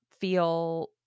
feel